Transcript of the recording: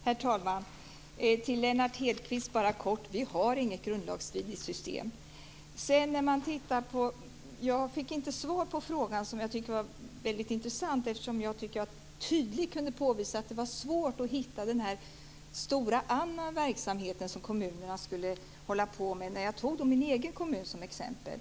Herr talman! Till Lennart Hedquist vill jag bara kort säga: Vi har inget grundlagsstridigt system. Jag fick inget svar på det som jag tycker är en väldigt intressant fråga, eftersom jag tydligt kunde påvisa hur svårt det är att hitta den stora "andra" verksamhet som kommunerna skulle hålla på med. Jag tog min egen kommun som exempel.